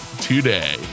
today